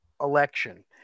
election